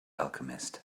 alchemist